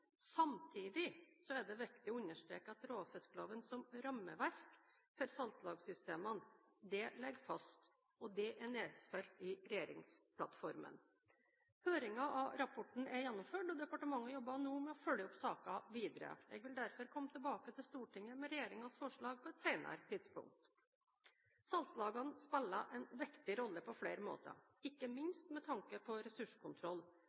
Samtidig er det viktig å understreke at råfiskloven som rammeverk for salgslagssystemene ligger fast. Dette er nedfelt i regjeringsplattformen. Høringen av rapporten er gjennomført, og departementet jobber nå med å følge opp saken videre. Jeg vil derfor komme tilbake til Stortinget med regjeringens forslag på et senere tidspunkt. Salgslagene spiller en viktig rolle på flere måter, ikke minst med tanke på ressurskontroll,